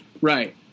right